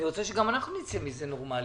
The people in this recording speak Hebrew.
אני רוצה שגם אנחנו נצא מזה נורמלי.